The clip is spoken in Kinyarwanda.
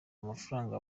amafaranga